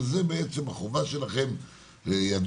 שזו בעצם החובה שלכם ליידע,